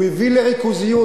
הוא הביא לריכוזיות.